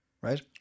right